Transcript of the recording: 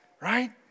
Right